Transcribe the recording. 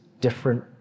different